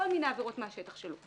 כל מיני עבירות מהשטח שלו,